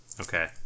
Okay